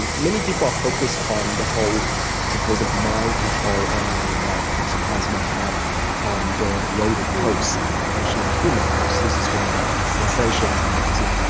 and many people are focused on the whole supposed mind control angle that toxoplasma have on their rodent hosts and potentially human hosts. this is where the sensationalism comes in.